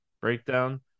breakdown